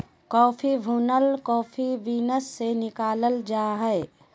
coffee भुनल coffee beans से निकालल जा हइ